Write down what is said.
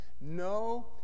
No